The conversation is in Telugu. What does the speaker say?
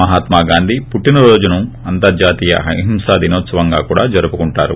మహాత్మి గాంధీ పుట్టినరోజును అంతర్హాతీయ అహింసా దినోత్సవంగా కూడా జరుపుకుంటారు